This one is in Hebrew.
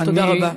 תודה רבה.